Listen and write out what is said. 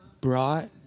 brought